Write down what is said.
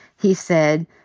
he said,